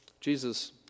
Jesus